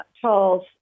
Charles